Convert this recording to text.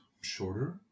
shorter